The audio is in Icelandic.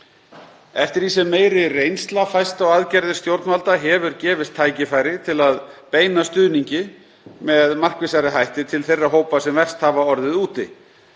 Eftir því sem meiri reynsla fæst á aðgerðir stjórnvalda hefur gefist tækifæri til að beina stuðningi með markvissari hætti til þeirra hópa sem verst hafa orðið úti.